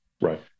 Right